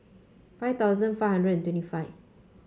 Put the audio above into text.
five thousand five hundred twenty five